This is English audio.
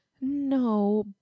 No